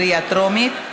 בקריאה טרומית.